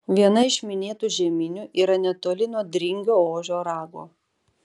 viena iš minėtų žeminių yra netoli nuo dringio ožio rago